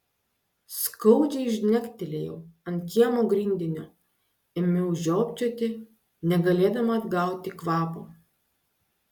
skaudžiai žnektelėjau ant kiemo grindinio ėmiau žiopčioti negalėdama atgauti kvapo